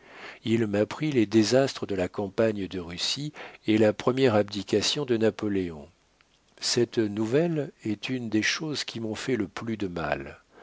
il m'apprit les désastres de la campagne de russie et la première abdication de napoléon cette nouvelle est une des choses qui m'ont fait le plus de mal